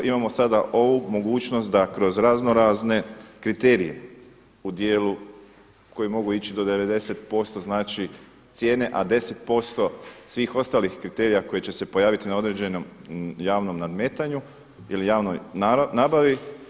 Imamo sada ovu mogućnost da kroz razno razne kriterije u dijelu koje mogu ići od 90% znači cijene a 10%svih ostalih kriterija koji će se pojaviti na određenom javnom nadmetanju ili javnoj nabavi.